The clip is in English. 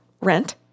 rent